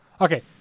Okay